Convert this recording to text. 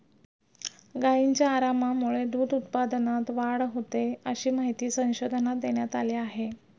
गायींच्या आरामामुळे दूध उत्पादनात वाढ होते, अशी माहिती संशोधनात देण्यात आली आहे